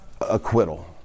Acquittal